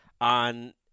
on